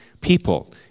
people